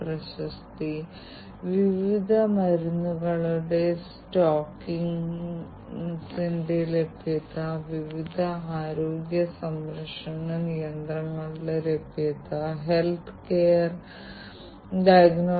സാങ്കേതികവിദ്യ അതിവേഗം വികസിച്ചുകൊണ്ടിരിക്കുന്നു വ്യവസായങ്ങളിൽ സാങ്കേതിക വിദ്യകൾ ഉണ്ട് പതിറ്റാണ്ടുകളായി ആ പാരമ്പര്യം ആഗ്രഹിക്കുന്നതിലും കൂടുതൽ പുരോഗമിച്ച ചില സാങ്കേതികവിദ്യകളുണ്ട് അവലംബിക്കുന്ന ചില പുതിയ സാങ്കേതികവിദ്യകളുണ്ട്